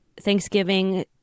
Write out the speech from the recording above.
Thanksgiving